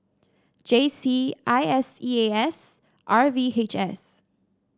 J C I S E A S and R V H S